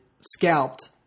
scalped